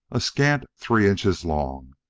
a scant three inches long,